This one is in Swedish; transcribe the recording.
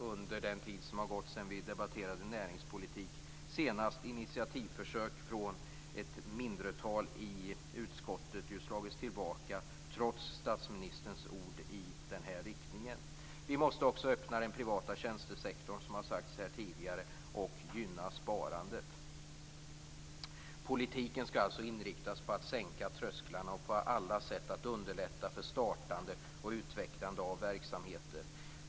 Under den tid som har gått sedan vi debatterade näringspolitik senast har ett antal initiativförsök i utskottet slagits tillbaka, trots statsministerns ord i den här riktningen. Vi måste också öppna den privata tjänstesektorn och gynna sparandet. Politiken skall alltså inriktas på att sänka trösklarna och på alla sätt att underlätta för startande och utvecklande av verksamheter.